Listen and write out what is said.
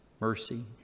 mercy